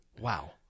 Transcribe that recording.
Wow